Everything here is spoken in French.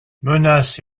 menaces